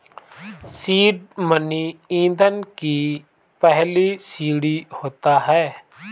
seed money ईंधन की पहली सीढ़ी होता है